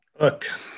Look